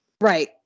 Right